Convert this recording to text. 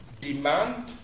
demand